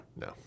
No